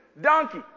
Donkey